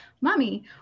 mommy